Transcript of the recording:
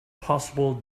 possible